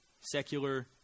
secular